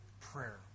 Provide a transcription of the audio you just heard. prayer